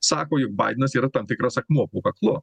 sako jog baidenas yra tam tikras akmuo po kaklu